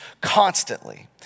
constantly